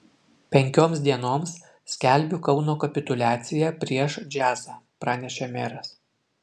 penkioms dienoms skelbiu kauno kapituliaciją prieš džiazą pranešė meras